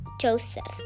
Joseph